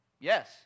Yes